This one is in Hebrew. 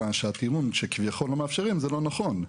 שהטיעון שכביכול לא מאפשרים זה לא נכון,